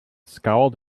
scowled